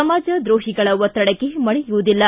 ಸಮಾಜ ದ್ರೋಹಿಗಳ ಒತ್ತಡಕ್ಕೆ ಮಣಿಯುವುದಿಲ್ಲ